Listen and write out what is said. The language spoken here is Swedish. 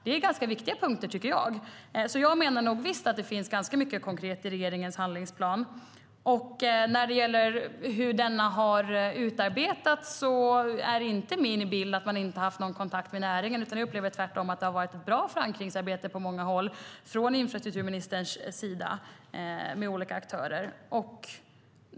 Det är ganska viktiga punkter, tycker jag, och menar nog visst att det finns ganska mycket konkret i regeringens handlingsplan. När det gäller hur denna har utarbetats är det inte min bild att man inte har haft någon kontakt med näringen, utan jag upplever tvärtom att det har varit ett bra förankringsarbete på många håll från infrastrukturministerns sida med olika aktörer.